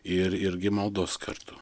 ir irgi maldos kartu